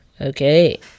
Okay